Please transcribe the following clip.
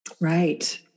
Right